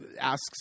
asks